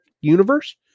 universe